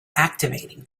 activating